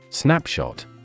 Snapshot